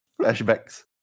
Flashbacks